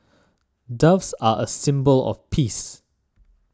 Doves are a symbol of peace